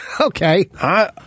Okay